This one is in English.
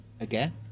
again